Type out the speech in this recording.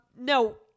no